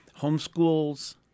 homeschools